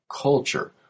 culture